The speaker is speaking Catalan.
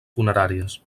funeràries